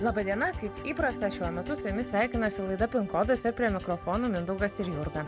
laba diena kaip įprasta šiuo metu su jumis sveikinasi laida pin kodas ir prie mikrofono mindaugas ir jurga